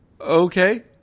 Okay